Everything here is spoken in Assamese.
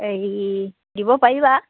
এই দিব পাৰিবা